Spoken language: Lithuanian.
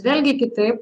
vėlgi kitaip